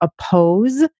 oppose